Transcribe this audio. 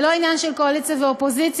זה לא עניין של קואליציה ואופוזיציה,